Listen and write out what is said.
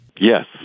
Yes